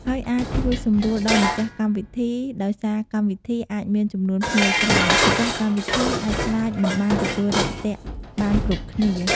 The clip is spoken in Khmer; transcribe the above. ហើយអាចជួយសម្រួលដល់ម្ចាស់កម្មវិធី ដោយសារកម្មវិធីអាចមានចំនួនភ្ញៀវច្រើន ម្ចាស់កម្មវិធីអាចខ្លាចមិនបានទទួលរាក់ទាក់បានគ្រប់គ្នា។